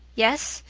yes,